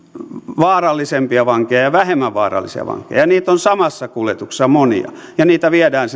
vaarallisempia vankeja ja vähemmän vaarallisia vankeja niitä on samassa kuljetuksessa monia ja heitä viedään